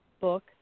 book